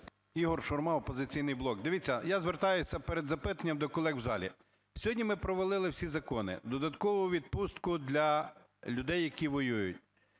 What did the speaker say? Ігор Шурма, "Опозиційний блок". Дивіться, я звертаюся перед запитанням до колег в залі. Сьогодні ми провалили всі закони: додаткову відпустку для людей, які воюють;